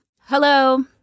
Hello